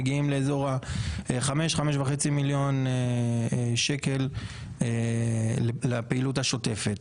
מגיעים לאזור ה-5-5.5 מיליון שקלים לפעילות השוטפת.